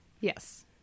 Yes